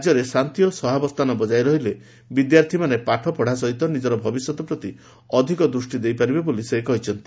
ରାଜ୍ୟରେ ଶାନ୍ତି ଓ ସହାବସ୍ଥାନ ବଜାୟ ରଖିଲେ ବିଦ୍ୟାର୍ଥୀମାନେ ପାଠପଢ଼ା ସହିତ ନିଜ ଭବିଷ୍ୟତ ପ୍ରତି ଅଧିକ ଦୃଷ୍ଟି ଦେଇପାରିବେ ବୋଲି ସେ କହିଛନ୍ତି